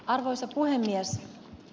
arvoisa puhemies